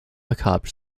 macabre